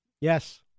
Yes